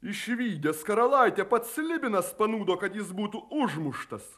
išvydęs karalaitę pats slibinas panūdo kad jis būtų užmuštas